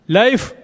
life